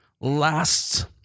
last